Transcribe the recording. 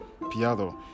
Piado